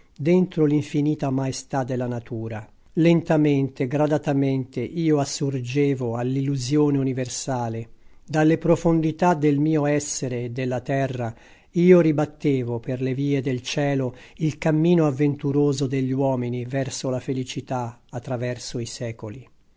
misteriosa dentro l'infinita maestà della natura lentamente gradatamente io assurgevo all'illusione universale dalle profondità del mio essere e della terra io ribattevo per le vie del cielo il cammino avventuroso degli uomini verso la felicità a traverso i secoli